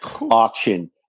auction